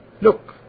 look